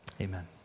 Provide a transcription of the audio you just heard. amen